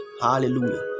Hallelujah